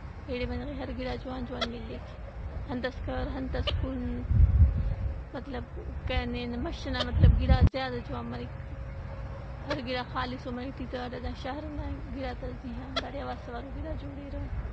ایڑے بندغ ئے ہر گِڑا جوان جوان ملِّک۔ انتس کر، انتس کُن۔ مطلب کن--ہن-- مَش نا مطلب گِڑا زیادہ جوان مریک۔ ہر گِڑا خالصو مرے ٹی تا۔ و دا شار ئنا گِڑاتا زیّا ہنداڑے اوار سوارو گِڑا جوڑِرہ۔